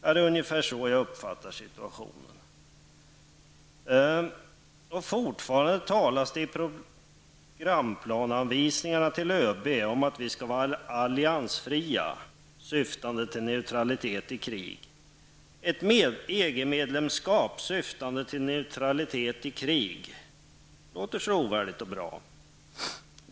Det är ungefär så jag uppfattar situationen. Fortfarande talas det i programplaneanvisningarna till ÖB om att vi skall vara alliansfria i fred syftade till neutralitet i krig. Talet om ett EG-medlemskap syftande till neutralitet i krig låter trovärdigt och bra.